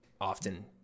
often